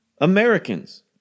Americans